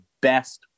best